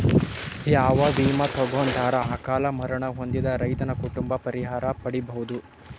ಯಾವ ವಿಮಾ ತೊಗೊಂಡರ ಅಕಾಲ ಮರಣ ಹೊಂದಿದ ರೈತನ ಕುಟುಂಬ ಪರಿಹಾರ ಪಡಿಬಹುದು?